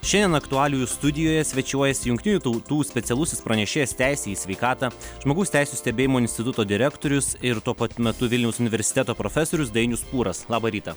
šiandien aktualijų studijoje svečiuojasi jungtinių tautų specialusis pranešėjas teisei į sveikatą žmogaus teisių stebėjimo instituto direktorius ir tuo pat metu vilniaus universiteto profesorius dainius pūras labą rytą